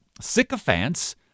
sycophants